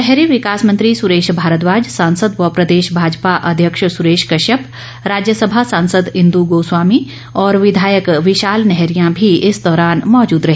शहरी विकास मंत्री सुरेश भारद्वाज सांसद व प्रदेश भाजपा अध्यक्ष सुरेश कश्यप राज्यसभा सांसद इंद् गोस्वामी और विधायक विशाल नेहरिया भी इस दौरान मौजूद रहे